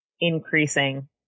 increasing